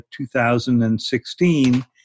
2016